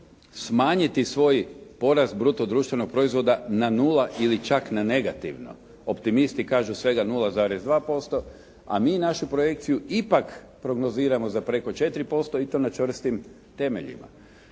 smanjiti svoj porast bruto društvenog proizvoda na 0 ili čak na negativno, optimisti kažu svega 0,2%, a mi našu projekciju ipak prognoziramo za preko 4% i to na čvrstim temeljima.